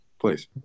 please